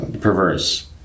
perverse